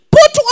Put